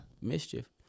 Mischief